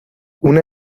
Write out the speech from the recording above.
una